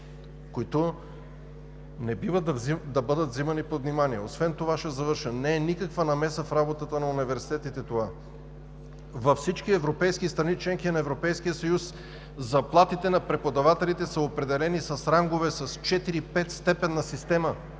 които не бива да бъдат вземани под внимание. Ще завърша, не е никаква намеса в работата на университетите това. Във всички европейски страни – членки на Европейския съюз, заплатите на преподавателите са определени с рангове с четири-пет степенна система